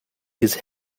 his